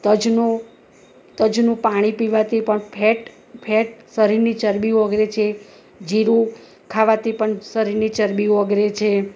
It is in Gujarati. તજનો તજનું પાણી પીવાથી પણ ફેટ ફેટ શરીરની ચરબી ઓગળે છે જીરું ખાવાથી પણ શરીરની ચરબી ઓગળે છે